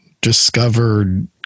discovered